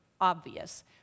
obvious